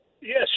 yes